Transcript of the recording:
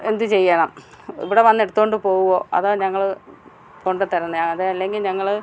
എന്ത് ചെയ്യണം ഇവിടെവ ന്ന് എടുത്തു കൊണ്ട് പോകുമോ അതോ ഞങ്ങൾ കൊണ്ടു തരണോ അതല്ലെങ്കിൽ ഞങ്ങൾ